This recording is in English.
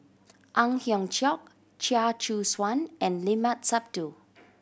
Ang Hiong Chiok Chia Choo Suan and Limat Sabtu